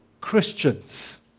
Christians